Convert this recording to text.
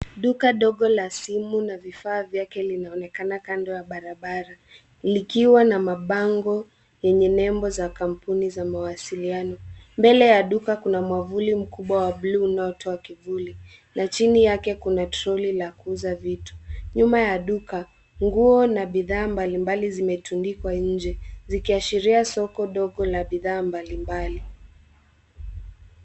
Duka dogo la simu na vifaa vyake linaonekana kando ya barabara. Likiwa na mabango yenye nembo za kampuni za mawasiliano. Mbele ya duka kuna mwavuli mkubwa wa buluu unaotoa kivuli, na chini yake kuna troli la kuuza vitu. Nyuma ya duka, nguo na bidhaa mbalimbali zimetundikwa nje, zikiashiria soko dogo la bidhaa mbalimbali.